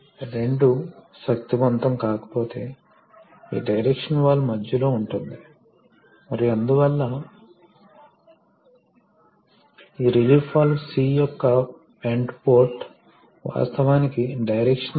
ఎందుకంటే ఈ ప్రెషర్స్ బయటపడితే ప్రెషర్ ప్రభావవంతమైన పని చేయలేదు కాబట్టి అది పోతుంది కాబట్టి సీలు వేయాలి మరియు చాలా సందర్భాల్లో లిక్విడ్ ఫిల్మ్ కూడా సీలు ను సృష్టిస్తుంది ఇంకా ఇతర ప్రదేశాలలో అదనపు సీలు లను జోడించాలి